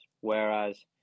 Whereas